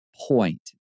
point